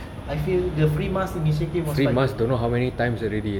I feel the free mask initiative was quite good